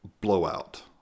Blowout